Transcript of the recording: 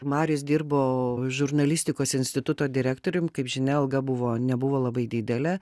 marius dirbo žurnalistikos instituto direktorium kaip žinia alga buvo nebuvo labai didelė